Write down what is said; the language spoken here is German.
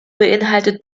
beinhaltet